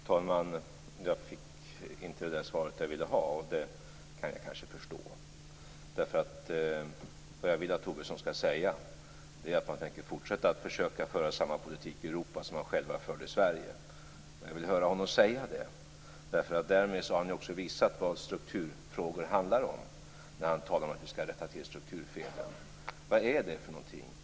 Herr talman! Jag fick inte det svar jag ville ha, och det kan jag kanske förstå. Vad jag vill att Tobisson skall säga är att man tänker fortsätta att försöka föra samma politik i Europa som man förde i Sverige. Jag vill höra honom säga det, för därmed skulle han ju också visa vad strukturfrågor handlar om när han talar om att vi skall rätta till strukturfelen. Vad är det för något?